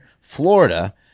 Florida